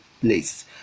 Place